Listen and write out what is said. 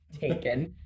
taken